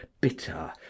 bitter